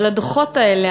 אבל הדוחות האלה,